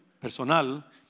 personal